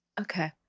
Okay